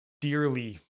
dearly